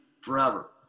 forever